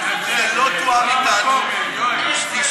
זה לא תואם עם המחנה הציוני.